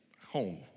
home